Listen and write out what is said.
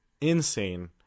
insane